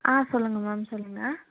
ஆ சொல்லுங்க மேம் சொல்லுங்க